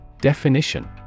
Definition